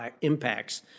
impacts